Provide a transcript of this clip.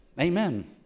Amen